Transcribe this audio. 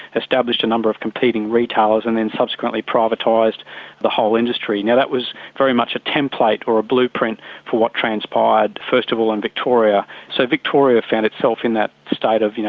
established a number of competing retailers and then subsequently privatised the whole industry. now that was very much a template or a blueprint for what transpired, first of all in victoria, so victoria found itself in that state of you know,